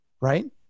right